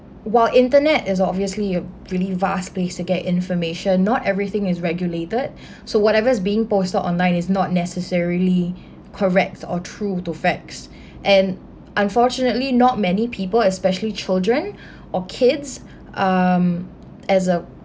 while internet is obviously a really vast base to get information not everything is regulated so whatever is being posted online is not necessarily correct or true to facts and unfortunately not many people especially children or kids um as a